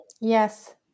Yes